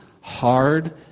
hard